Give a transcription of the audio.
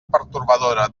pertorbadora